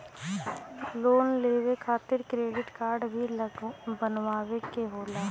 Loan लेवे खातिर credit काडे भी बनवावे के होला?